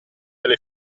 delle